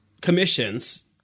commissions